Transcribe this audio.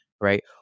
Right